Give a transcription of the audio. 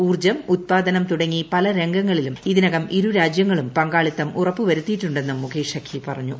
ഊർജ്ജം ഉൽപാദനം തുടങ്ങി പല് രംഗങ്ങളിലും ഇതിനകം ഇരുരാജ്യങ്ങളും പങ്കാളിത്തം ഉറപ്പ് വരുത്തിയിട്ടുണ്ടെന്നും മുകേഷ് അഘി പറഞ്ഞു